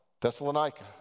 Thessalonica